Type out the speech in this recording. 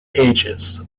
ages